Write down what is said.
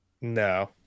No